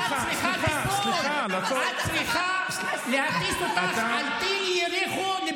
אדוני היו"ר,